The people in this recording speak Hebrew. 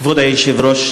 כבוד היושב-ראש,